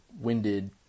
winded